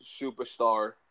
superstar